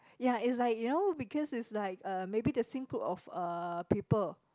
ya it's like you know because it's like uh maybe the same group of uh people